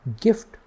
Gift